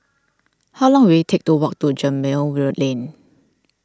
how long will it take to walk to Gemmill will Lane